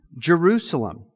Jerusalem